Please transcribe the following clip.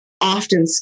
often